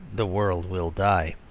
the world will die.